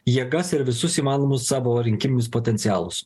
jėgas ir visus įmanomus savo rinkiminius potencialus